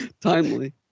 timely